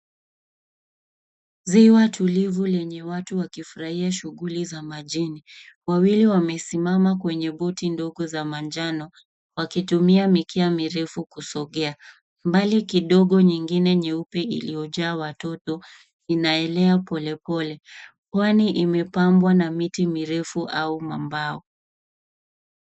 Ziwa tulivu lenye watu wakifurahia shughuli za majini. Wawili wamesimama kwenye boti ndogo za manjano wakitumia mikia mirefu kusogea. Mbali kidogo nyingine nyeupe iliyojaa watoto inaelea polepole kwani imepambwa na miti mirefu au mambao.